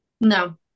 No